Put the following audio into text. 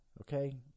okay